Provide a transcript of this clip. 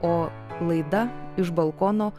o laida iš balkono